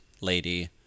lady